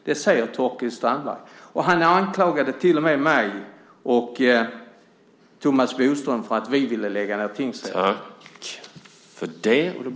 Det säger Torkild Strandberg. Han anklagade till och med mig och Thomas Bodström för att vi ville lägga ned tingsrätten.